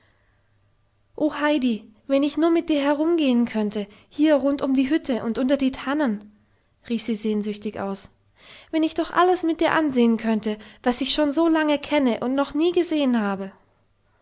o heidi wenn ich nur mit dir herumgehen könnte hier rund um die hütte und unter die tannen rief sie sehnsüchtig aus wenn ich doch alles mit dir ansehen könnte was ich schon so lange kenne und doch noch nie gesehen habe